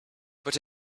but